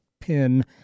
pin